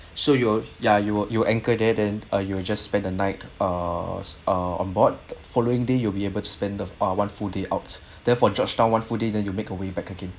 so you'll ya you will you will anchor there then uh you'll just spend the night uh on board following day you'll be able to spend the ah one full day out therefore georgetown one full day then you make a way back again